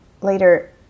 later